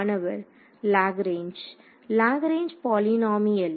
மாணவர் Lagrange Lagrange polynomial